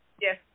yes